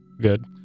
good